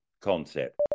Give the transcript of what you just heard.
Concept